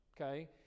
okay